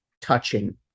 touching